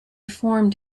formed